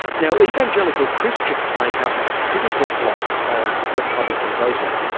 now evangelical christians make up a critical block of republican voters.